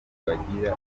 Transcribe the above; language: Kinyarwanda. bamarira